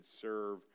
serve